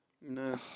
no